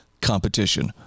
competition